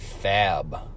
fab